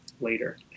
later